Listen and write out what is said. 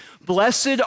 Blessed